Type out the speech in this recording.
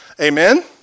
Amen